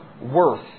worth